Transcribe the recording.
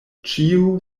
ĉiu